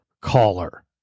caller